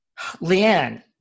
Leanne